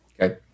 Okay